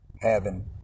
heaven